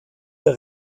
der